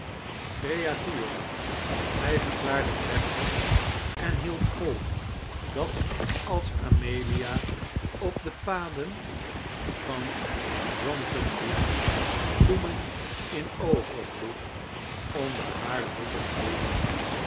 creature hij verklaarde plechtig en hield vol dat als amelia op de paden van brompton liep bloemen in overvloed onder haar voeten groeiden